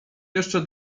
jeszcze